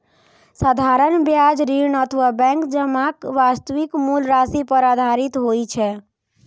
साधारण ब्याज ऋण अथवा बैंक जमाक वास्तविक मूल राशि पर आधारित होइ छै